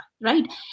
Right